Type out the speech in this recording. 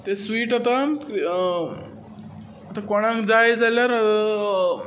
तें स्वीट आतां कोणाक जाय जाल्यार